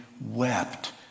wept